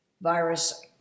virus